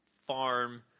farm